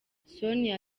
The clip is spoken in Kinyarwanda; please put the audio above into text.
sonia